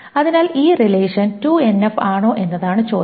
അതിനാൽ ഈ relation 2NF ആണോ എന്നതാണ് ചോദ്യം